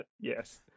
Yes